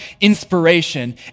inspiration